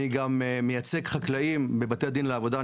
אני גם מייצג חקלאים בבתי דין לעבודה,